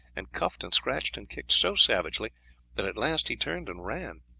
and cuffed and scratched and kicked so savagely that at last he turned and ran.